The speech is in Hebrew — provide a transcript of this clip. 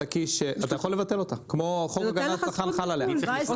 אתה יכול לבטל אותה, חוק הגנת הצרכן חל עליך.